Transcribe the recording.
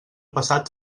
passat